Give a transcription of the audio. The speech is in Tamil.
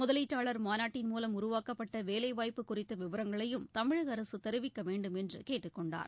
முதலீட்டாளர் மாநாட்டின் மூலம் உருவாக்கப்பட்ட வேலைவாய்ப்பு குறித்த விவரங்களையும் தமிழக அரசு தெரிவிக்க வேண்டும் என்று கேட்டுக் கொண்டார்